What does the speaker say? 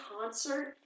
concert